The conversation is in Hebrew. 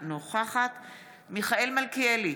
נוכחת יוליה מלינובסקי, אינה נוכחת מיכאל מלכיאלי,